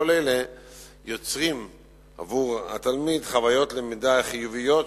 כל אלה יוצרים עבור התלמיד חוויות למידה חיוביות,